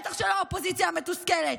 בטח שלא האופוזיציה המתוסכלת.